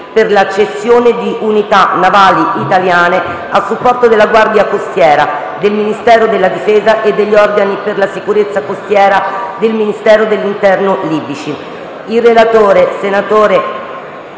per la cessione di unità navali italiane a supporto della Guardia costiera del Ministero della difesa e degli organi per la sicurezza costiera del Ministero dell'interno libici